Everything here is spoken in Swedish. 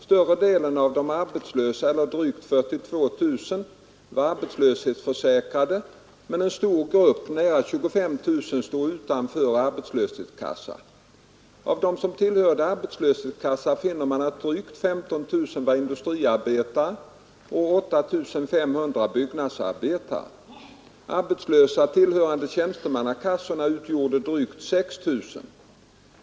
Större delen av de arbetslösa, eller drygt 42 000, var arbetslöshetsförsäkrade, men en stor grupp, nära 25 000, stod utanför arbetslöshetskassa. Av dem som tillhörde arbetslöshetskassa finner man att drygt 15 000 var industriarbetare och 8 500 byggnadsarbetare. Arbetslösa tillhörande tjänstemannakassor utgjorde drygt 6 000.